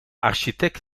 architect